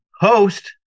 host